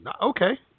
Okay